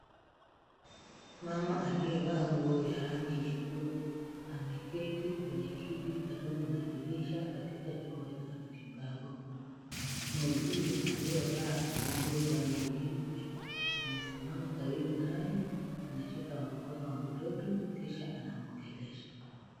Mama aliyevaa nguo ya rangi nyekundu, ameketi kwenye kiti karibu na dirisha katika chumba cha matibabu. Muuguzi aliyevaa nguo rangi nyeupe amesimama karibu naye, anashika mkono wa mtoto kisha anamwongelesha.